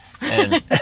And-